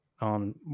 on